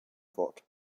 fort